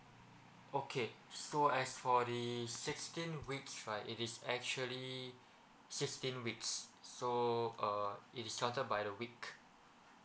okay so as for the sixteen weeks right it is actually sixteen weeks so uh it is started by the week